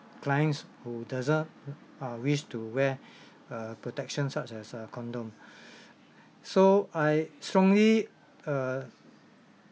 clients who doesn't uh wish to wear a protection such as a condom so I strongly err